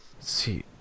see